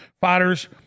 fighters